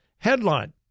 Headline